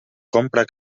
compra